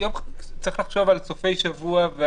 צריך לחשוב על סופי שבוע.